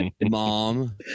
Mom